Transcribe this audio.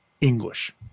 English